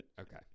okay